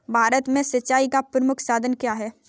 भारत में सिंचाई का प्रमुख साधन क्या है?